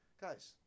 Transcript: Guys